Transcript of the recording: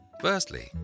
Firstly